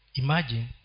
imagine